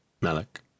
Malik